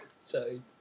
Sorry